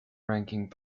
ranking